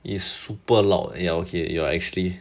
is super loud ya okay you are actually